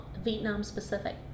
Vietnam-specific